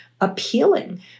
appealing